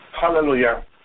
hallelujah